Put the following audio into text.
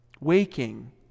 Waking